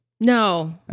No